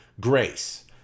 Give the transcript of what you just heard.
grace